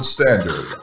Standard